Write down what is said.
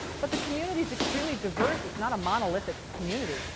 but the community's extremely diverse. it's not a monolithic community.